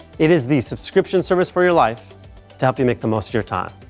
it is the subscription service for your life to help you make the most of your time.